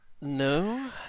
No